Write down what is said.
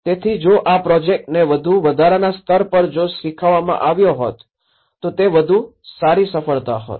તેથી જો આ પ્રોજેક્ટને વધુ વધારાના સ્તર પર જો શીખવવામાં આવ્યો હોત તો તે વધુ સારી સફળતા હોત